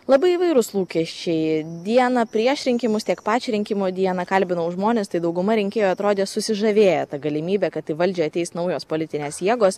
labai įvairūs lūkesčiai dieną prieš rinkimus tiek pačią rinkimų dieną kalbinau žmones tai dauguma rinkėjų atrodė susižavėję ta galimybe kad į valdžią ateis naujos politinės jėgos